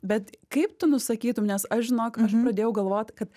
bet kaip tu nusakytum nes aš žinok aš pradėjau galvot kad